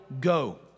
go